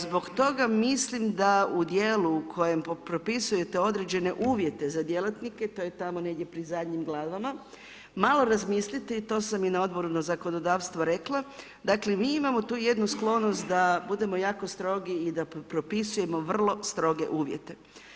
Zbog toga mislim, da u dijelu koje propisujete određene uvijete za djelatnike, to je tamo negdje pri zadnjim glavama, malo razmislite i to sam na Odboru zakonodavstva rekla, dakle, mi imamo tu jednu sklonost da budemo jako strogi i da propisujemo vrlo stroge uvijete.